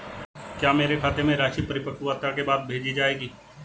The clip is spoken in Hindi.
क्या मेरे खाते में राशि परिपक्वता के बाद भेजी जाएगी?